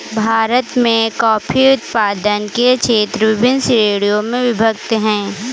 भारत में कॉफी उत्पादन के क्षेत्र विभिन्न श्रेणियों में विभक्त हैं